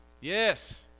Yes